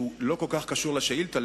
שהוא לא כל כך קשור לשאילתא,